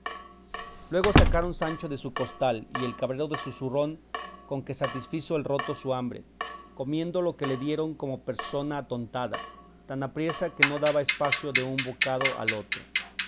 luego sacaron sancho de su costal y el cabrero de su zurrón con que satisfizo el roto su hambre comiendo lo que le dieron como persona atontada tan apriesa que no daba espacio de un bocado al otro